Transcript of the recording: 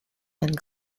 and